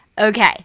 Okay